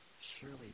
Surely